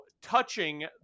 touching